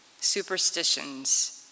Superstitions